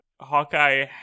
Hawkeye